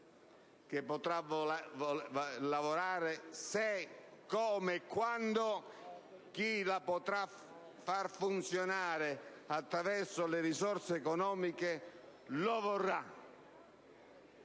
che potrà lavorare se, come e quando chi la potrà far funzionare attraverso le risorse economiche lo vorrà.